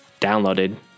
downloaded